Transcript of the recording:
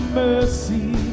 mercy